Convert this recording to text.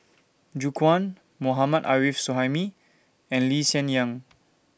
Gu Juan Mohammad Arif Suhaimi and Lee Hsien Yang